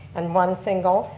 and one single.